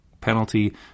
penalty